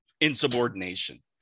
insubordination